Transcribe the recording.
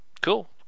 cool